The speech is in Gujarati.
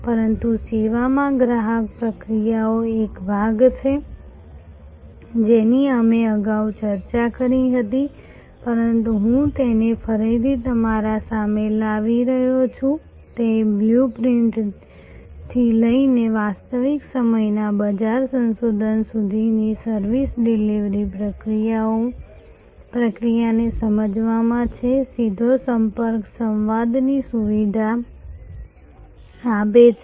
પરંતુ સેવામાં ગ્રાહક પ્રક્રિયાનો એક ભાગ છે જેની અમે અગાઉ ચર્ચા કરી છે પરંતુ હું તેને ફરીથી તમારી સામે લાવી રહ્યો છું તે બ્લુ પ્રિન્ટિંગથી લઈને વાસ્તવિક સમયના બજાર સંશોધન સુધીની સર્વિસ ડિલિવરી પ્રક્રિયાને સમજવામાં છે સીધો સંપર્ક સંવાદની સુવિધા આપે છે